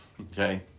Okay